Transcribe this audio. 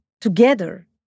together